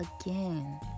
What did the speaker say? again